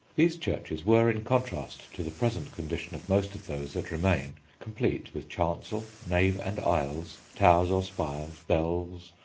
these churches were, in contrast to the present condition of most of those that remain, complete with chancel, nave and aisles, towers or spires, bells,